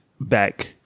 back